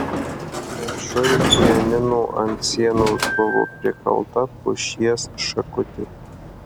viršuj pianino ant sienos buvo prikalta pušies šakutė